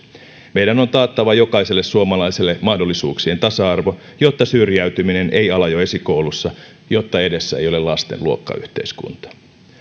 meidän on taattava jokaiselle suomalaiselle mahdollisuuksien tasa arvo jotta syrjäytyminen ei ala jo esikoulussa jotta edessä ei ole lasten luokkayhteiskunta